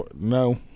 No